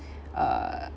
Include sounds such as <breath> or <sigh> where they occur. <breath> uh